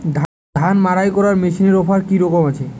ধান মাড়াই করার মেশিনের অফার কী রকম আছে?